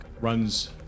runs